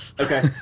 Okay